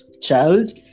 child